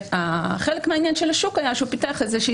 חלק מהעניין של השוק היה שהוא פיתח איזושהי